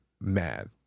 mad